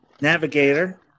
navigator